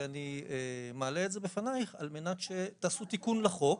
אני מעלה את זה בפניך, על מנת שתעשו תיקון לחוק.